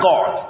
God